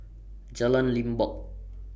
Jalan Limbok